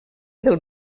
del